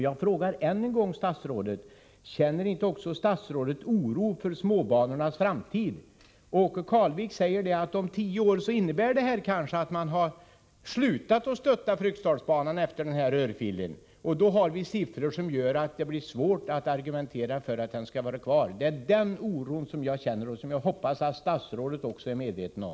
Jag frågar än en gång: Känner inte också statsrådet oro för småbanornas framtid? Åke Carlvik säger att denna örfil kanske innebär att Fryksdalsbanan om tio år inte längre har något stöd, när det finns siffror som gör att det blir svårt att argumentera för att den skall vara kvar. Det är den oron som jag känner och som jag hoppas att statsrådet också är medveten om.